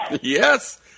Yes